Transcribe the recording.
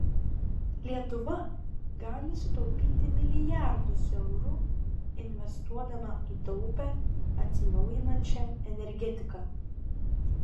lietuva gali sutaupyti milijardus eurų investuodama į taupią atsinaujinančią energetiką